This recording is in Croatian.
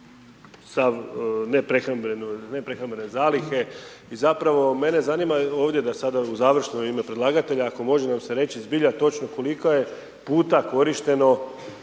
sav neprehrambene zalihe i zapravo mene zanima ovdje da sada u završno ime predlagatelja ako može nam se reći zbilja točno koliko je puta korištene